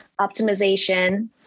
optimization